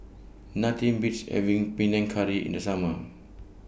Nothing Beats having Panang Curry in The Summer